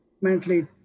mentally